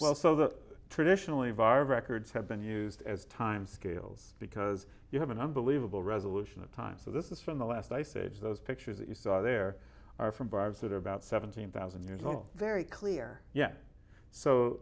also that traditionally viral records have been used as time scales because you have an unbelievable resolution of time so this is from the last ice age those pictures that you saw there are from barbs that are about seventeen thousand years old very clear yet so